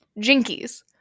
Jinkies